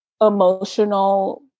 emotional